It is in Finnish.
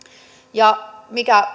ja mikä